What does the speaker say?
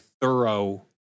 thorough